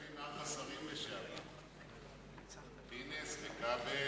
יושבים שם ארבעה שרים לשעבר, פינס וכבל,